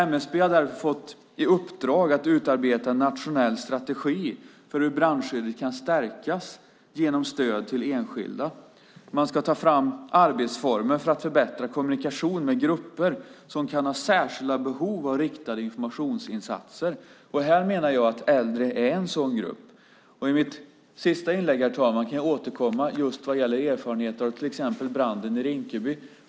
MSB har därför fått i uppdrag att utarbeta en nationell strategi för hur brandskyddet kan stärkas genom stöd till enskilda. Man ska ta fram arbetsformer för att förbättra kommunikationen med grupper som kan ha särskilda behov av riktade informationsinsatser. Här menar jag att äldre är en sådan grupp. I mitt sista inlägg, herr talman, kan jag återkomma just när det gäller erfarenheter av till exempel branden i Rinkeby.